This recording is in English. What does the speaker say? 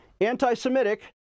anti-Semitic